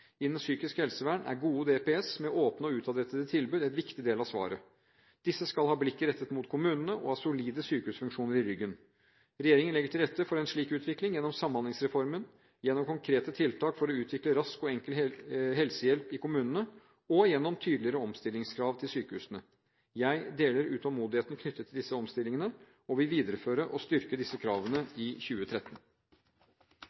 Innen psykisk helsevern er gode DPS-er med åpne og utadrettede tilbud en viktig del av svaret. Disse skal ha blikket rettet mot kommunene og ha solide sykehusfunksjoner i ryggen. Regjeringen legger til rette for en slik utvikling gjennom Samhandlingsreformen, gjennom konkrete tiltak for å utvikle rask og enkel helsehjelp i kommunene og gjennom tydeligere omstillingskrav til sykehusene. Jeg deler utålmodigheten knyttet til disse omstillingene og vil videreføre og styrke disse kravene